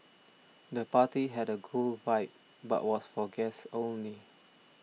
the party had a cool vibe but was for guests only